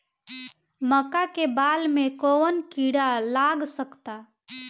मका के बाल में कवन किड़ा लाग सकता?